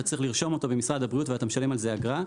אתה צריך לרשום אותו במשרד הבריאות ואתה צריך לשלם על זה אגרה.